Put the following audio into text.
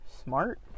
smart